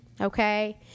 okay